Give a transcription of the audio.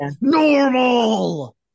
Normal